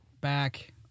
back